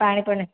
પાણીપૂરીને